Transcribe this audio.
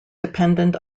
dependent